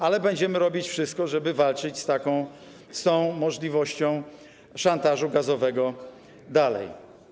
Ale będziemy robić wszystko, żeby walczyć z tą możliwością szantażu gazowego dalej.